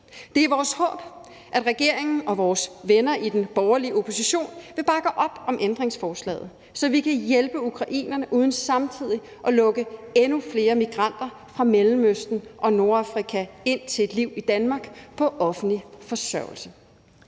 Det er vores håb, at regeringen og vores venner i den borgerlige opposition vil bakke op om ændringsforslaget, så vi kan hjælpe ukrainerne uden samtidig at lukke endnu flere migranter fra Mellemøsten og Nordafrika ind til et liv i Danmark på offentlig forsørgelse.